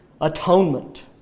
atonement